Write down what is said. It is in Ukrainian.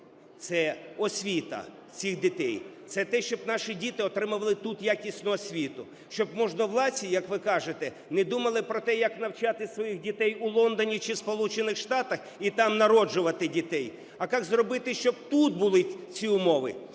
це освіта цих дітей. Це те, щоб наші діти отримували тут якісну освіту, щоб можновладці, як ви кажете, не думали про те, як навчати своїх дітей у Лондоні чи Сполучених Штатах і там народжувати дітей, а як зробити, щоб тут були ці умови.